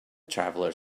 traveller